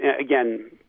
again